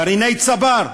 גרעיני "צבר"